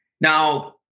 Now